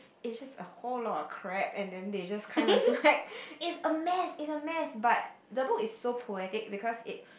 is just a whole lot of crap and then they just kind of like it's a mess it's a mess but the book is so poetic because it